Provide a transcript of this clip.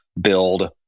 build